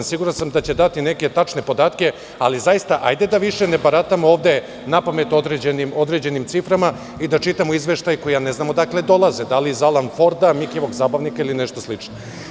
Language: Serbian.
Siguran sam da će dati neke tačne podatke, ali zaista hajde da više ne baratamo ovde napamet određenim ciframa i da čitamo izveštaje koje ne znam odakle dolaze – da li iz „Alan Forda“, „Mikijevog Zabavnika“ ili nešto slično.